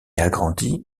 agrandie